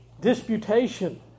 disputation